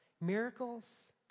Miracles